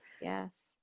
Yes